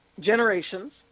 Generations